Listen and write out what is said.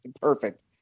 Perfect